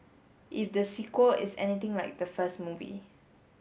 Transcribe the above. if the sequel is anything like the first movie